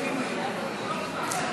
שירות אזרחי במוסד רפואי ציבורי),